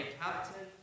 captain